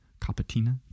Capatina